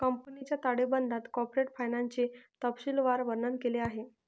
कंपनीच्या ताळेबंदात कॉर्पोरेट फायनान्सचे तपशीलवार वर्णन केले आहे